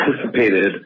anticipated